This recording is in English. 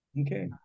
Okay